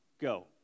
go